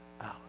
out